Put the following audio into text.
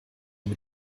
mit